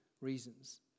reasons